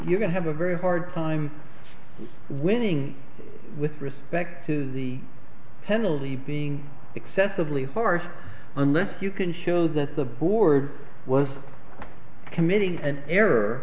you're going to have a very hard time winning with respect to the penalty being excessively harsh unless you can show that the board was committing an error